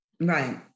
Right